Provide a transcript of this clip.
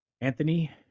Anthony